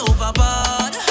Overboard